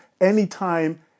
anytime